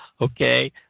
okay